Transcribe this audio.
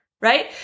right